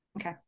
okay